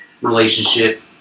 relationship